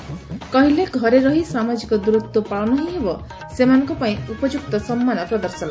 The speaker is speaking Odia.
କହିଲେ ଘରେ ରହି ସାମାଜିକ ଦୂରତ୍ ପାଳନ ହିଁ ହେବ ସେମାନଙ୍କ ପାଇଁ ଉପଯୁକ୍ତ ସମ୍ମାନ ପ୍ରଦର୍ଶନ